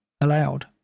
allowed